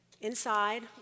Inside